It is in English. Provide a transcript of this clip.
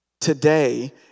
Today